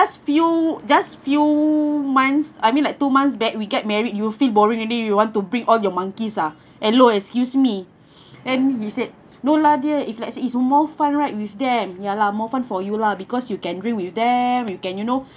just few just few months I mean like two months back we get married you feel boring already you want to bring all your monkeys ah hello excuse me and he said no lah dear if let's say is more fun right with them ya lah more fun for you lah because you can drink with them you can you know